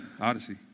Odyssey